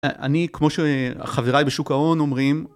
אני כמו שהחבריי בשוק ההון אומרים